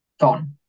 gone